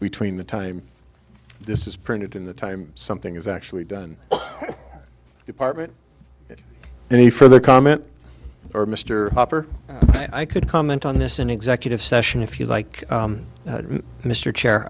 between the time this is printed in the time something is actually done department any further comment or mr hopper i could comment on this an executive session if you like mr chair